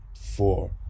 four